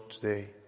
today